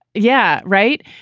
yeah, right.